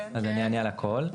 אז אני אענה על הכול.